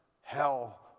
hell